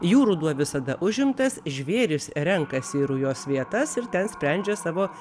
jų ruduo visada užimtas žvėrys renkasi į rujos vietas ir ten sprendžia savo